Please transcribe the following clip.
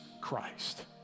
Christ